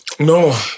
No